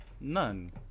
None